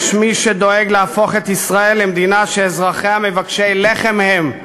יש מי שדואג להפוך את ישראל למדינה שאזרחיה מבקשי לחם הם,